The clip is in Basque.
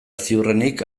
ziurrenik